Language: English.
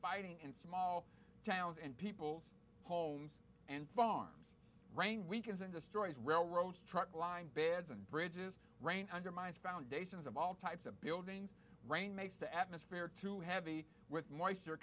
fighting in small towns and peoples homes and farms rain weakens and destroys railroads truck line beds and bridges undermines foundations of all types of buildings rain makes the atmosphere too heavy with moisture